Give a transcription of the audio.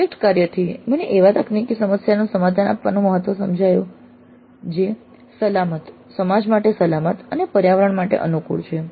project કાર્યથી મને એવા તકનીકી સમાધાન આપવાનું મહત્વ સમજાયું જે સલામત સમાજ માટે સલામત અને પર્યાવરણને અનુકૂળ છે